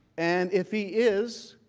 and if he is,